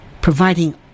providing